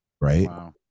right